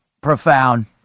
profound